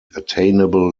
attainable